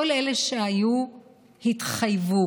כל אלה שהיו התחייבו.